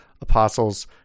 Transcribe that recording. apostles